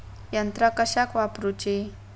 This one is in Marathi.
यंत्रा कशाक वापुरूची?